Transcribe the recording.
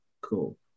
cool